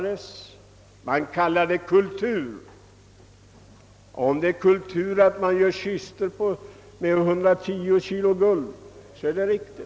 Det kallas för kultur — och om det är kultur att tillverka kistor av guld som väger 110 kilo, så är benämningen riktig.